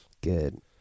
Good